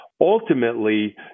ultimately